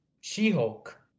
She-Hulk